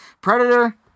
Predator